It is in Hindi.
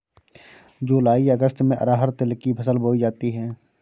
जूलाई अगस्त में अरहर तिल की फसल बोई जाती हैं